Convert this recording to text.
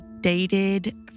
dated